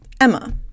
Emma